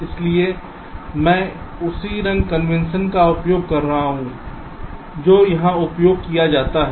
इसलिए मैं उसी रंग कन्वेंशन का उपयोग कर रहा हूं जो यहां उपयोग किया जाता है